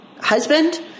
husband